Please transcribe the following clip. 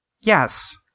Yes